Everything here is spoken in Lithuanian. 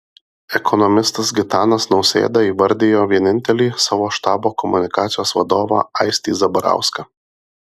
ekonomistas gitanas nausėda įvardijo vienintelį savo štabo komunikacijos vadovą aistį zabarauską